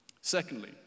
Secondly